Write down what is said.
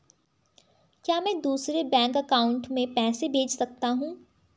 क्या मैं दूसरे बैंक अकाउंट में पैसे भेज सकता हूँ?